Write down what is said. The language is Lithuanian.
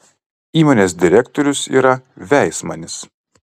įmonės direktorius yra veismanis